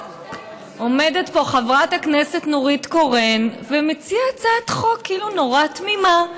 עומדת פה חברת הכנסת נורית קורן ומציעה הצעת חוק כאילו נורא תמימה.